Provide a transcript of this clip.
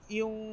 yung